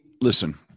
listen